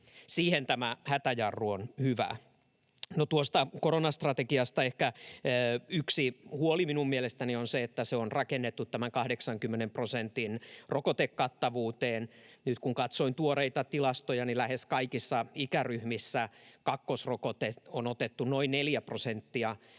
Siihen tämä hätäjarru on hyvä. No, tuossa koronastrategiassa ehkä yksi huoli minun mielestäni on se, että se on rakennettu 80 prosentin rokotekattavuuteen. Nyt kun katsoin tuoreita tilastoja, niin lähes kaikissa ikäryhmissä kakkosrokotteen on jättänyt ottamatta noin 4 prosenttia